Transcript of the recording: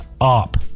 up